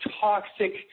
toxic